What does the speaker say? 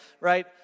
right